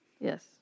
Yes